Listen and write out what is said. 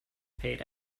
paid